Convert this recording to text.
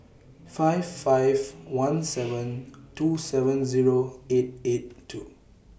five five one seven two seven Zero eight eight two